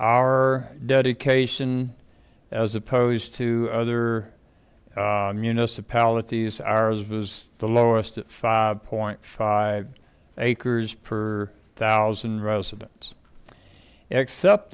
our dedication as opposed to other municipalities ours was the lowest five point five acres per thousand residents except